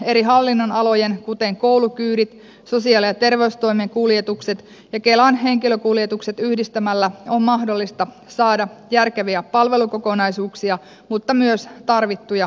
eri hallinnonalojen kuljetukset kuten koulukyydit sosiaali ja terveystoimen kuljetukset ja kelan henkilökuljetukset yhdistämällä on mahdollista saada järkeviä palvelukokonaisuuksia mutta myös tarvittuja kustannussäästöjä